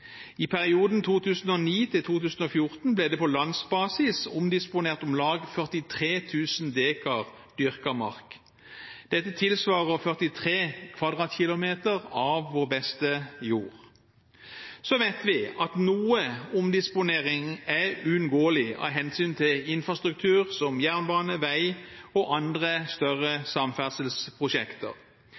I perioden 2009–2014 ble det på landsbasis omdisponert om lag 43 000 dekar dyrket mark. Dette tilsvarer 43 km2 av vår beste jord. Så vet vi at noe omdisponering er uunngåelig av hensyn til infrastruktur som jernbane, vei og andre større samferdselsprosjekter.